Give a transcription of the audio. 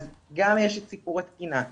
אז גם יש סיפור התקינה,